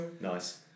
Nice